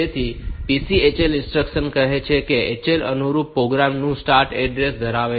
તેથી આ PCHL instruction કહે છે કે HL અનુરૂપ પ્રોગ્રામ નું સ્ટાર્ટ એડ્રેસ ધરાવે છે